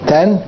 Ten